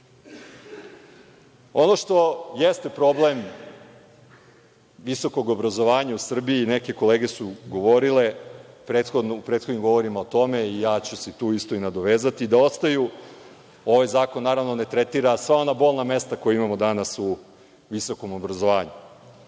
što jeste problem visokog obrazovanja u Srbiji, neke kolege su govorile u prethodnim govorima o tome, i ja ću se tu isto i nadovezati, da ovaj zakon naravno ne tretira sva ona bolna mesta koja imamo danas u visokom obrazovanju.